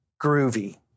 groovy